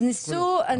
כן.